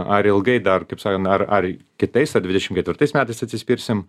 ar ilgai dar kaip sakant ar ar kitais ar dvidešimt ketvirtais metais atsispirsim